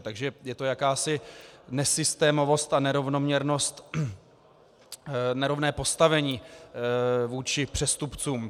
Takže je to jakási nesystémovost a nerovnoměrnost, nerovné postavení vůči přestupcům.